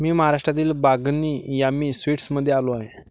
मी महाराष्ट्रातील बागनी यामी स्वीट्समध्ये आलो आहे